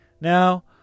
Now